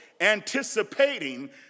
anticipating